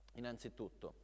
innanzitutto